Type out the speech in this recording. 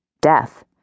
death